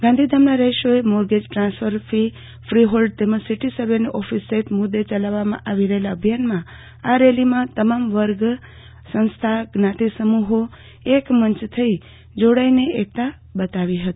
ગાંધીધામના રહીશોને mortgage transfer fee fee hold તેમજ સીટી સર્વેની ઓફીસ સહીત મુદે ચલાવવામાં આવે રહેલા અભિયાનમાં આ રેલીમાં તમામ વર્ગ સંસ્થા જ્ઞાતિ સમુહો એક મંચ થઈ જોડાઈને એકતા બતાવી હતી